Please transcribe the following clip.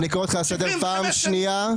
אני קורא אותך לסדר פעם שנייה.